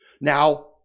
Now